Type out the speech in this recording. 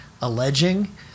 alleging